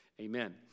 Amen